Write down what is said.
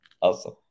Awesome